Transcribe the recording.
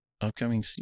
upcoming